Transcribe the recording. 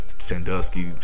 Sandusky